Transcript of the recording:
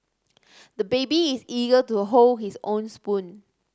the baby is eager to hold his own spoon